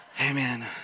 Amen